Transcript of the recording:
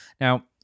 Now